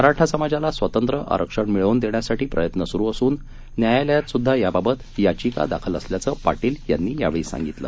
मराठा समाजाला स्वतंत्र आरक्षण मिळवून देण्यासाठी प्रयत्न सुरू असून न्यायालयात सुद्धा याबाबत याचिका दाखल असल्याचं पाटील यांनी सांगितलं